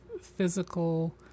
physical